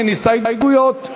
אין הסתייגויות,